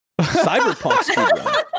cyberpunk